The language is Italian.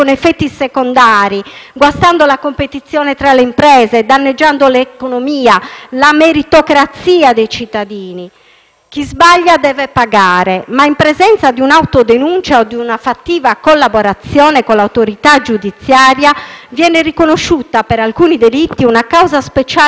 guastando la competizione tra le imprese, danneggiando l'economia, la meritocrazia dei cittadini. Chi sbaglia deve pagare, ma in presenza di un'autodenuncia o di una fattiva collaborazione con l'autorità giudiziaria viene riconosciuta, per alcuni delitti, una causa speciale di non punibilità